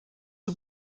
zur